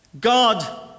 God